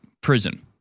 prison